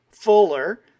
Fuller